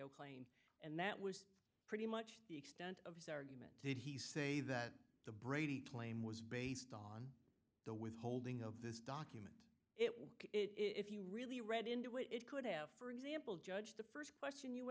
oakley and that was pretty much the extent of his argument did he say that the brady claim was based on the withholding of this document it would if you really read into it it could have for example judge the st question you